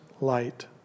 light